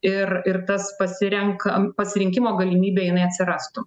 ir ir tas pasirenkam pasirinkimo galimybė jinai atsirastų